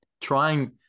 trying